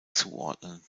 zuordnen